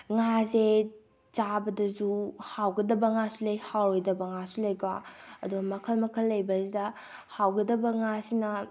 ꯉꯥꯁꯦ ꯆꯥꯕꯗꯁꯨ ꯍꯥꯎꯒꯗꯕ ꯉꯥꯁꯨ ꯂꯩ ꯍꯥꯎꯔꯣꯏꯗꯕ ꯉꯥꯁꯨ ꯂꯩꯀꯣ ꯑꯗꯨ ꯃꯈꯜ ꯃꯈꯜ ꯂꯩꯕꯁꯤꯗ ꯍꯥꯎꯒꯗꯕ ꯉꯥꯁꯤꯅ